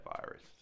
virus